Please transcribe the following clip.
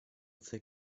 sehr